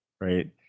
right